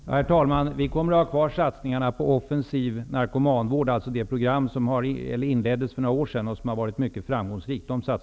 Herr talman! Satsningarna på offensiv narkomanvård kommer att vara kvar, dvs. det program som inleddes för några år sedan och som har varit mycket framgångsrikt.